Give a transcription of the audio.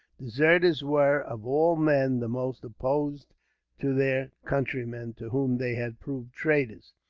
deserters were, of all men, the most opposed to their countrymen, to whom they had proved traitors.